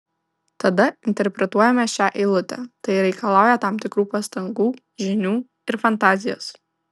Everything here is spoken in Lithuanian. tada interpretuojame šią eilutę tai reikalauja tam tikrų pastangų žinių ir fantazijos